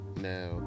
Now